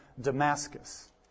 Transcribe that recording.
Damascus